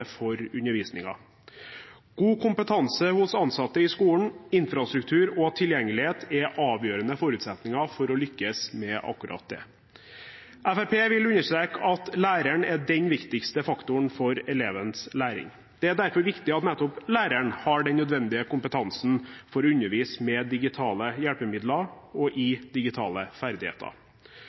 for undervisningen. God kompetanse hos ansatte i skolen, infrastruktur og tilgjengelighet er avgjørende forutsetninger for å lykkes med akkurat det. Fremskrittspartiet vil understreke at læreren er den viktigste faktoren for elevenes læring. Det er derfor viktig at nettopp læreren har den nødvendige kompetansen for å undervise med digitale hjelpemidler og i digitale ferdigheter.